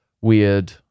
weird